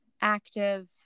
active